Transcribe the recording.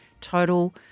total